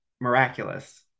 miraculous